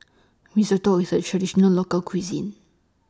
Risotto IS A Traditional Local Cuisine